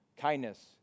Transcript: kindness